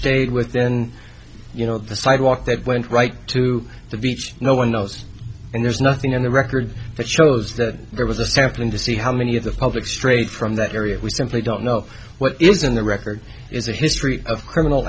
stayed within you know the sidewalk that went right to the beach no one knows and there's nothing in the record that shows that there was a sampling to see how many of the public straight from that area we simply don't know what is in the record is a history of criminal